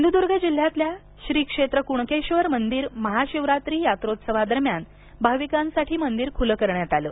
सिंधुदुर्ग जिल्ह्यातल्या श्री क्षेत्र कुणकेश्वर मंदिर महाशिवरात्री यात्रोत्सवादरम्यान भाविकांसाठी खुलं करण्यात आलं